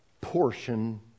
portion